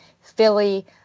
philly